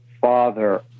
father